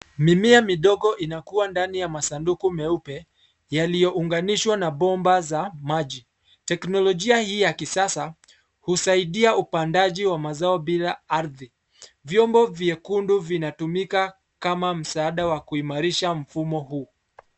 Mimea midogo inakua ndani ya masanduku meupe, yaliyounganishwa na bomba za maji. Tekinolojia hii ya kisasa, husaidia upandaji wa mazao bila ardhi. Vyombo vyekundu vinatumika kama msaada wa kuimarisha mfumo huu.